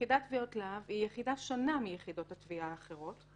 יחידת תביעות להב היא יחידה שונה מיחידות התביעה האחרות.